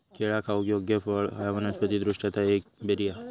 केळा खाऊक योग्य फळ हा वनस्पति दृष्ट्या ता एक बेरी हा